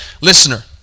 listener